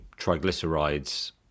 triglycerides